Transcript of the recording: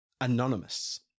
Anonymous